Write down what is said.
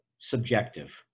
subjective